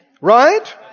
Right